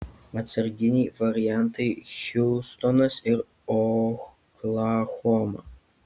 atsarginiai variantai hiūstonas ir oklahoma